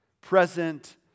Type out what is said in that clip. present